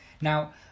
now